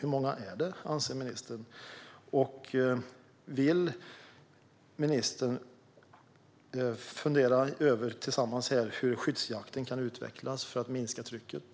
Hur många anser ministern att det är? Vill ministern tillsammans här fundera över hur skyddsjakten kan utvecklas för att minska trycket?